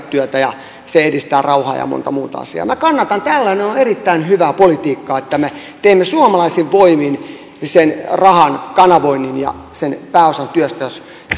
työtä ja se edistää rauhaa ja monta muuta asiaa minä kannatan tätä tällainen on erittäin hyvää politiikkaa että me teemme suomalaisin voimin sen rahan kanavoinnin ja pääosan työstä jos